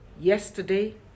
yesterday